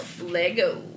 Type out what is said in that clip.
Lego